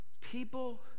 People